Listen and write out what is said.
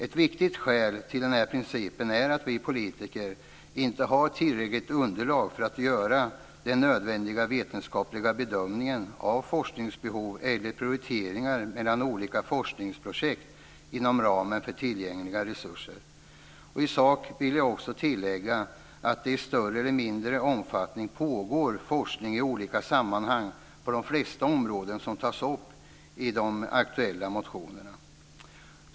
Ett viktigt skäl till denna princip är att vi politiker inte har tillräckligt underlag för att göra den nödvändiga vetenskapliga bedömningen av forskningsbehov eller prioriteringar mellan olika forskningsprojekt inom ramen för tillgängliga resurser. I sak vill jag också tillägga att det i större eller mindre omfattning i olika sammanhang pågår forskning på de flesta områden som tas upp i de aktuella motionerna.